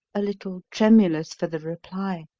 a little tremulous for the reply.